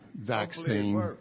vaccine